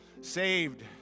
saved